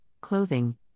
clothing